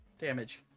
damage